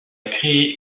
créé